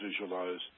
visualize